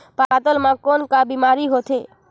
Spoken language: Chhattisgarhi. पातल म कौन का बीमारी होथे?